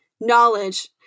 knowledge